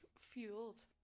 fueled